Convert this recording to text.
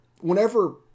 whenever